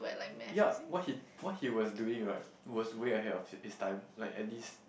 yup what he what he was doing right was way ahead of it his time like at least